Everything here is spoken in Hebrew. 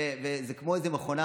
וזה כמו איזו מכונה.